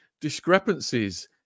discrepancies